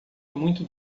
muito